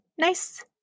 nice